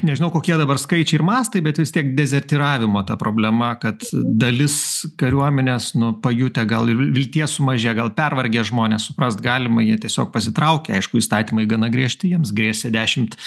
nežinau kokie dabar skaičiai ir mastai bet vis tiek dezertyravimo ta problema kad dalis kariuomenės nu pajutę gal ir vilties sumažėja gal pervargę žmonės suprast galima jie tiesiog pasitraukia aišku įstatymai gana griežti jiems grėsė dešimt